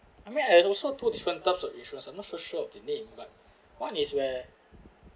I mean I have also two different types of insurance I'm not so sure of the name but one is where